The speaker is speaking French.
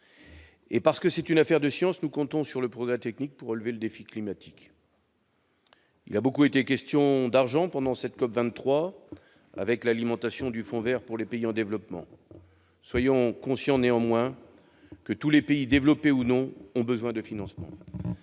Et parce que c'est une affaire de science, nous comptons sur le progrès technique pour relever le défi climatique. Il a beaucoup été question d'argent pendant cette COP23, avec l'alimentation du Fonds vert pour les pays en développement. Soyons conscients néanmoins que tous les pays, développés ou non, ont besoin de financements.